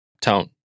tone